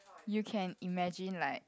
you can imagine like